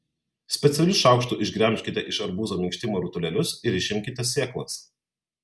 specialiu šaukštu išgremžkite iš arbūzo minkštimo rutulėlius ir išimkite sėklas